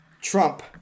Trump